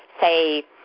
say